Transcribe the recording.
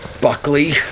Buckley